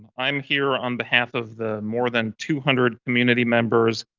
i'm here on behalf of the more than two hundred community members,